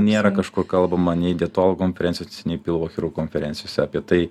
nėra kažkur kalbama nei dietologų konferencijos nei pilvo chirurgų konferencijose apie tai